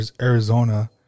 Arizona